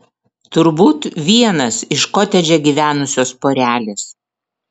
turbūt vienas iš kotedže gyvenusios porelės